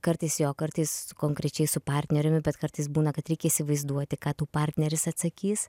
kartais jo kartais konkrečiai su partneriu bet kartais būna kad reikia įsivaizduoti ką tau partneris atsakys